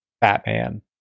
Batman